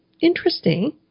interesting